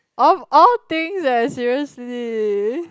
oh all thing leh seriously